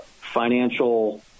financial